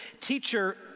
Teacher